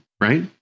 right